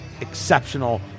exceptional